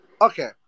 Okay